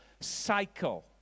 cycle